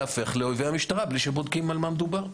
להפוך לאויבי המשטרה בלי שבודקים על מה מדובר.